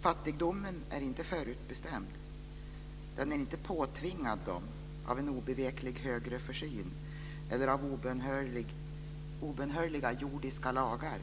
"Fattigdomen är inte förutbestämd. Den är inte påtvingad dem av den obeveklig högre försyn eller av obönhörliga jordiska lagar.